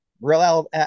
real